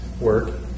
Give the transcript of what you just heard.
work